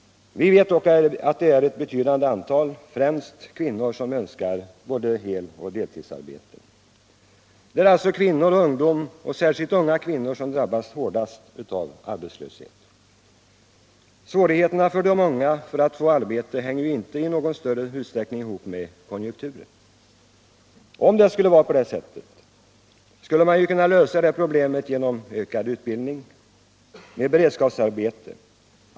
Vi vet dock att det är ett betydande antal, främst kvinnor, som önskar både hel och deltidsarbete. Det är alltså kvinnor och ungdom -— särskilt unga kvinnor - som drabbas hårdast av arbetslöshet. Svårigheterna för de unga att få arbete hänger inte i någon större utsträckning ihop med konjunkturen. Om det vore så, skulle man ju kunna lösa problemet med ökad utbildning och med beredskapsarbete.